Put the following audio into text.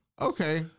okay